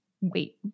wait